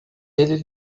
ele